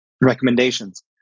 Recommendations